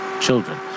children